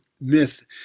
myth